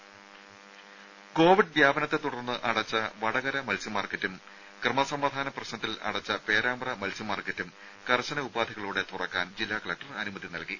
ദേദ കോവിഡ് വ്യാപനത്തെ തുടർന്ന് അടച്ച വടകര മത്സ്യമാർക്കറ്റും ക്രമസമാധാന പ്രശ്നത്തിൽ അടച്ച പേരാമ്പ്ര മത്സ്യമാർക്കറ്റും കർശന ഉപാധികളോടെ തുറക്കാൻ ജില്ലാ കലക്ടർ അനുമതി നൽകി